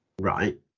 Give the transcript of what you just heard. Right